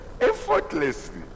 effortlessly